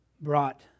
brought